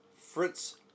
Fritz